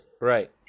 right